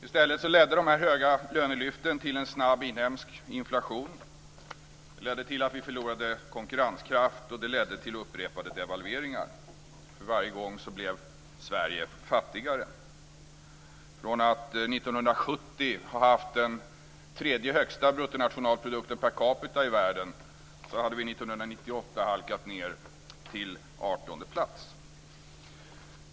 I stället ledde dessa höga lönelyft till en snabb inhemsk inflation. De ledde till att vi förlorade konkurrenskraft, och de ledde till upprepade devalveringar. För varje gång blev Sverige fattigare. Från att 1970 ha haft den tredje högsta bruttonationalprodukten per capita i världen hade vi 1998 halkat ned till 18:e plats.